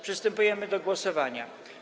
Przystępujemy do głosowania.